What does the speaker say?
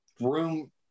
room